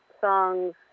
songs